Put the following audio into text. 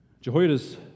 Jehoiada's